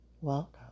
Welcome